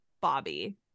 Bobby